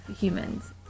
humans